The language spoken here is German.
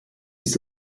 ist